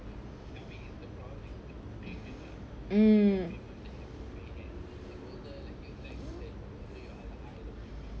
um